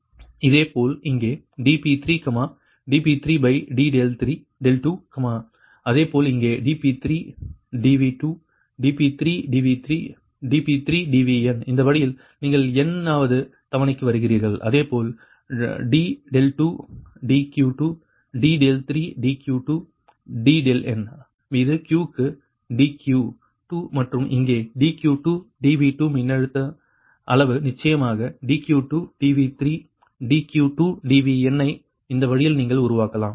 இதேபோல் இங்கேdP3 dP3d2 அதே போல் இங்கே dP3 dV2 dP3 dV3 dP3 dVn இந்த வழியில் நீங்கள் n வது தவணைக்கு வருகிறீர்கள் அதேபோல d2 dQ2 d3 dQ2 dn மீது Q க்கு dQ2 மற்றும் இங்கே dQ2 dV2 மின்னழுத்த அளவு நிச்சயமாக dQ2 dV3 dQ2 dVn ஐ இந்த வழியில் நீங்கள் உருவாக்கலாம்